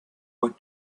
what